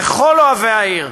לכל אוהבי העיר,